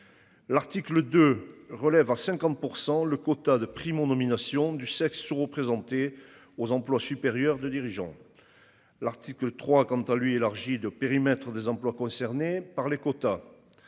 L'article de relève à 50% le quota de nomination du sexe sous-représenté. Aux emplois supérieurs de dirigeants. L'article 3, quant à lui élargi de périmètre des employes concernés par les quotas.